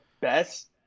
best